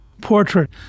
portrait